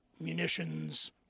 munitions